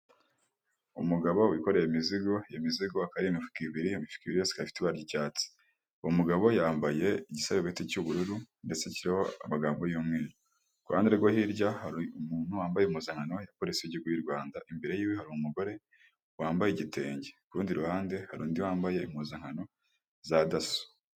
Umugabo wikoreye imizigo, iyo mizigo akaba ari imifuka ibiri iyo mifuka ibiri yose ikaba ifite ibara ry'icyatsi. Uwo mugabo yambaye igisarubeti cy'ubururu ndetse kiriho amagambo y'umweru. Ku kuruhande rwo hirya hari umuntu wambaye impuzankano ya polisi y'u Rwanda, imbere yiwe hari umugore wambaye igitenge, ku rundi ruhande hari undi wambaye impuzankano za daso.